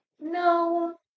No